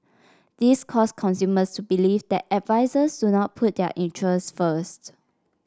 this caused consumers to believe that advisers do not put their interest first